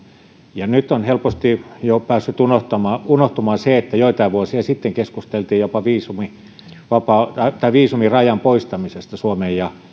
ja nyt on helposti jo päässyt unohtumaan unohtumaan se että joitain vuosia sitten keskusteltiin jopa viisumirajan poistamisesta suomen ja